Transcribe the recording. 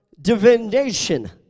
Divination